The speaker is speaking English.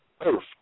earth